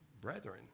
brethren